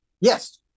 Yes